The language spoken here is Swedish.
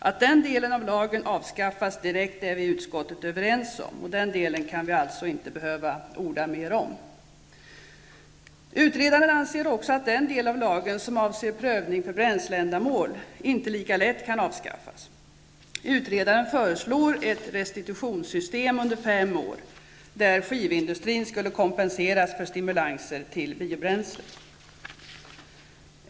Att den delen av lagen avskaffas direkt är vi i utskottet överens om. Den delen kan vi alltså inte behöva orda mer om. Utredaren anser också att den del av lagen som avser prövning för bränsleändamål inte lika lätt kan avskaffas. Utredaren föreslår ett restitutionssystem under fem år och att skivindustrin då kompenseras för stimulanser till biobränslen.